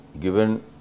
given